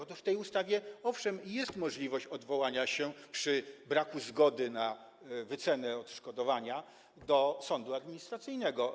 Otóż w tej ustawie owszem jest możliwość odwołania się przy braku zgody na wycenę odszkodowania do sądu administracyjnego.